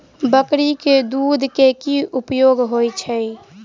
बकरी केँ दुध केँ की उपयोग होइ छै?